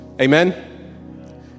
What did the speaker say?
Amen